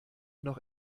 noch